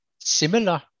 similar